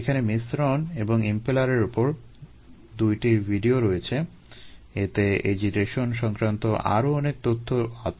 এখানে মিশ্রণ এবং ইমপেলারের উপর ২টি ভিডিও রয়েছে এতে এজিটেশন সংক্রান্ত আরো অনেক তথ্য আছে